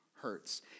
hurts